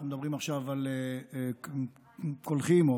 ואנחנו מדברים עכשיו על קולחים או